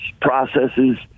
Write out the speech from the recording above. processes